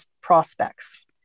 prospects